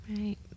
Right